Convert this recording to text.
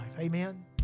Amen